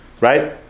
Right